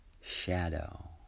shadow